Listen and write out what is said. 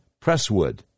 Presswood